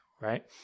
right